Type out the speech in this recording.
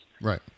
Right